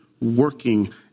working